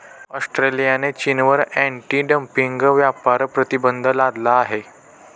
ऑस्ट्रेलियाने चीनवर anti dumping व्यापार प्रतिबंध लादला आहे